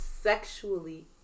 sexually